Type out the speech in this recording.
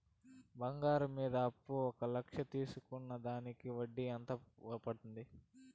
బంగారం మీద అప్పు ఒక లక్ష తీసుకున్న దానికి వడ్డీ ఎంత పడ్తుంది?